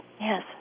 Yes